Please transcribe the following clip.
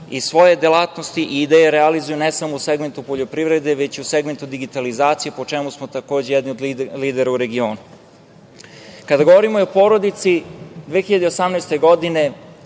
svoje delatnosti i ideje realizuju, ne samo u segmentu poljoprivrede, već i u segmentu digitalizacije, po čemu smo takođe jedni od lidera u regionu. Kada govorimo o porodici 2018. godine